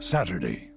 Saturday